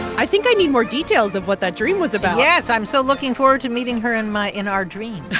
i think i need more details of what that dream was about yes, i'm so looking forward to meeting her in my in our dreams